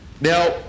Now